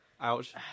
Ouch